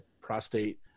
prostate